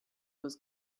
was